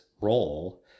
role